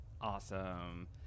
Awesome